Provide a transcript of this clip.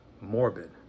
morbid